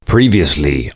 Previously